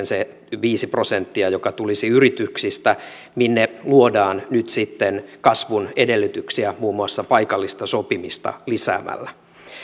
se viisi prosenttia joka tulisi yrityksistä minne luodaan nyt sitten kasvun edellytyksiä muun muassa paikallista sopimista lisäämällä